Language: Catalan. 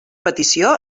petició